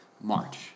March